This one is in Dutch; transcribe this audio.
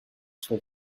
stond